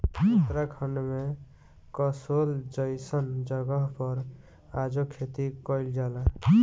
उत्तराखंड में कसोल जइसन जगह पर आजो खेती कइल जाला